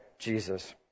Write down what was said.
jesus